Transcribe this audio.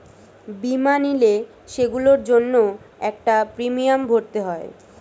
বীমা নিলে, সেগুলোর জন্য একটা প্রিমিয়াম ভরতে হয়